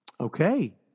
Okay